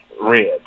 red